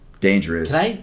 dangerous